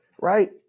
Right